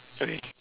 okay